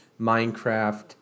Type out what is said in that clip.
Minecraft